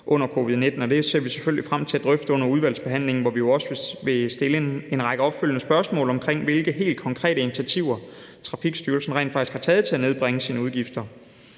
selvfølgelig frem til at drøfte under udvalgsbehandlingen, hvor vi også vil stille en række opfølgende spørgsmål omkring, hvilke helt konkrete initiativer Trafikstyrelsen rent faktisk har taget til at nedbringe sine udgifter.